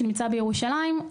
שנמצא בירושלים,